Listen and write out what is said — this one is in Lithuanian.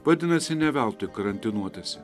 vadinasi ne veltui karantinuotasi